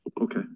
Okay